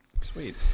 sweet